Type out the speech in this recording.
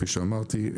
כפי שאמרתי,